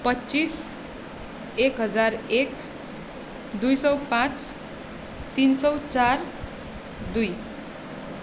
पच्चिस एक हजार एक दुई सय पाँच तिन सय चार दुई